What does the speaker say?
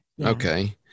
Okay